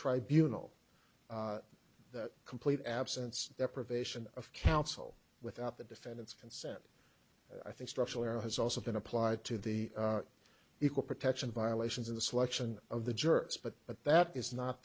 tribunals that complete absence deprivation of counsel without the defendant's consent i think structurally has also been applied to the equal protection violations in the selection of the jurors but but that is not